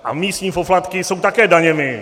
A místní poplatky jsou také daněmi.